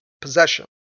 possession